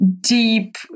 deep